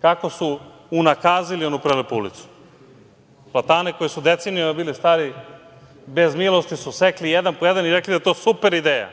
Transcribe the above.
kako su unakazili onu prelepu ulicu. Platane koje su decenijama bili stari, bez milosti su sekli jedan po jedan i rekli da je to super ideja